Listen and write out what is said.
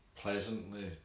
pleasantly